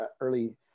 early